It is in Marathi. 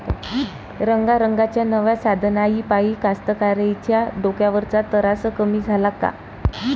रंगारंगाच्या नव्या साधनाइपाई कास्तकाराइच्या डोक्यावरचा तरास कमी झाला का?